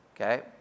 okay